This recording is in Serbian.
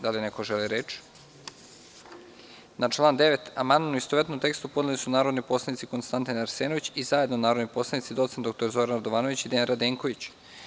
Da li neko želi reč? (Ne.) Na član 9. amandman, u istovetnom tekstu, su zajedno podneli narodni poslanik Konstantin Arsenović i zajedno narodni poslanici doc. dr Zoran Radovanović i Dejan Radenković.